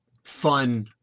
Fun